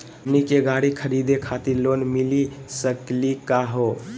हमनी के गाड़ी खरीदै खातिर लोन मिली सकली का हो?